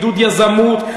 עידוד יזמות,